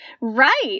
Right